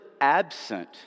absent